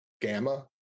gamma